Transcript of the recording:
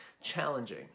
challenging